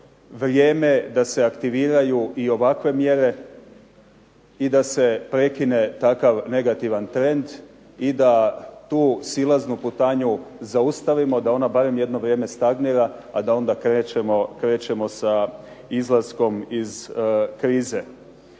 vrijeme da se aktiviraju i ovakve mjere i da se prekine takav negativan trend i da tu silaznu putanju zaustavimo, da ona bar jedno vrijeme stagnira a da onda krećemo sa izlaskom iz krize.